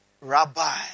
Rabbi